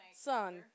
son